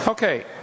Okay